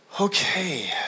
Okay